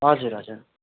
हजुर हजुर